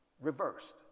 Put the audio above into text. reversed